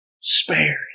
Spared